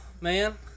man